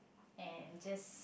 and just